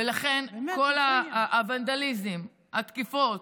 לכן, כל הוונדליזם, התקיפות,